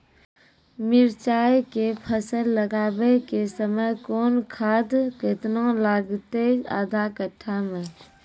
मिरचाय के फसल लगाबै के समय कौन खाद केतना लागतै आधा कट्ठा मे?